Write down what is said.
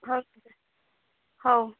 ହଉ ଠିକ୍ ଅଛି ହଉ